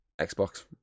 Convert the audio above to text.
Xbox